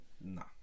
No